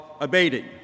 abating